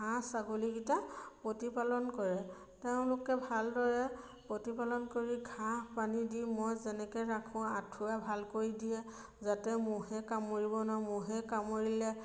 হাঁহ ছাগলীকেইটা প্ৰতিপালন কৰে তেওঁলোকে ভালদৰে প্ৰতিপালন কৰি ঘাঁহ পানী দি মই যেনেকৈ ৰাখোঁ আঁঠুৱা ভালকৈ দিয়ে যাতে ম'হে কামুৰিব নোৱাৰোঁ ম'হে কামুৰিলে